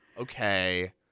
Okay